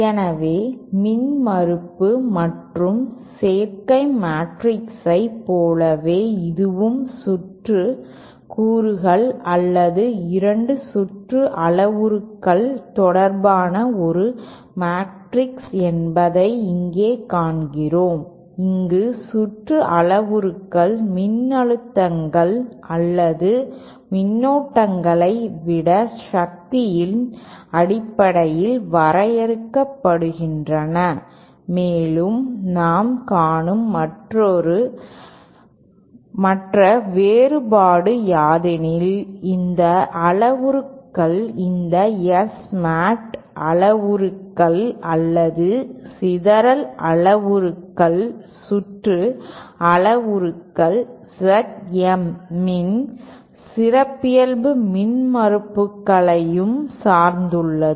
எனவே மின்மறுப்பு மற்றும் சேர்க்கை மேட்ரிக்ஸைப் போலவே இதுவும் சுற்று கூறுகள் அல்லது 2 சுற்று அளவுருக்கள் தொடர்பான ஒரு மேட்ரிக்ஸ் என்பதை இங்கே காண்கிறோம் இங்கு சுற்று அளவுருக்கள் மின்னழுத்தங்கள் அல்லது மின்னோட்டங்களை விட சக்தியின் அடிப்படையில் வரையறுக்கப்படுகின்றன மேலும் நாம் காணும் மற்ற வேறுபாடு யாதெனில் இந்த அளவுருக்கள் இந்த S Mat அளவுருக்கள் அல்லது சிதறல் அளவுருக்கள் சுற்று அளவுருக்கள் Z M இன் சிறப்பியல்பு மின்மறுப்புகளையும் சார்ந்துள்ளது